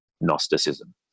Gnosticism